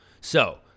So-